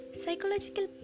psychological